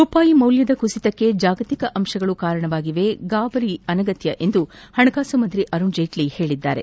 ರೂಪಾಯಿ ಮೌಲ್ಯದ ಕುಸಿತಕ್ಕೆ ಜಾಗತಿಕ ಅಂಶಗಳು ಕಾರಣವಾಗಿದ್ದು ಗಾಭರಿಯಾಗುವ ಅಗತ್ಯವಿಲ್ಲ ಎಂದು ಹಣಕಾಸು ಸಚಿವ ಅರುಣ್ ಜೇಟ್ತಿ ಹೇಳಿದ್ದಾರೆ